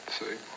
See